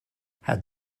had